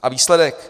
A výsledek?